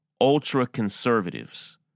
ultra-conservatives